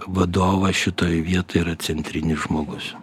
vadovas šitoj vietoj yra centrinis žmogus